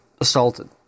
assaulted